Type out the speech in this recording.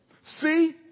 See